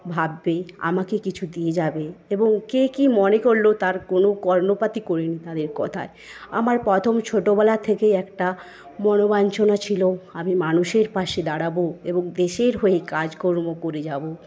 ভাববে আমাকে কিছু দিয়ে যাবে এবং কে কি মনে করলো তার কোনো কর্ণপাতই করি নি তাদের কথায় আমার প্রথম ছোটবেলা থেকেই একটা মনোবাঞ্ছনা ছিল আমি মানুষের পাশে দাঁড়াবো এবং দেশের হয়ে কাজকর্ম করে যাবো